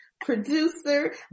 producer